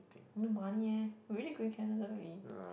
no money eh we already going Canada already